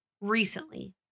recently